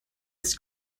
its